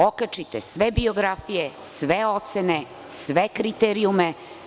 Okačite sve biografije, sve ocene, sve kriterijume.